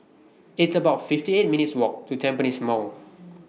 It's about fifty eight minutes Walk to Tampines Mall